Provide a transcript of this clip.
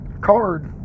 card